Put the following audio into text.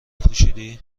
پوشیدی